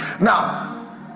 Now